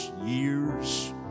Years